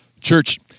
Church